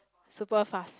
super fast